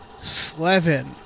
slevin